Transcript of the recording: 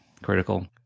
critical